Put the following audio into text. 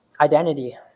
identity